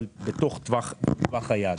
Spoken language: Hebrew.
אבל בטווח היעד.